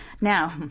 Now